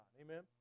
Amen